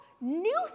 new